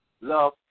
love